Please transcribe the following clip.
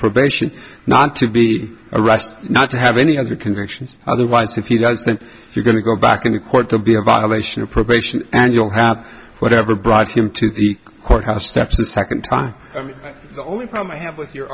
probation not to be arrested not to have any other convictions otherwise if he does then you're going to go back into court to be a violation of probation and you'll have whatever brought him to the courthouse steps the second time i mean the only problem i have with your